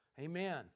Amen